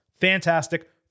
fantastic